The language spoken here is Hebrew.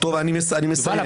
יובל,